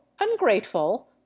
ungrateful